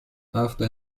after